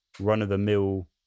run-of-the-mill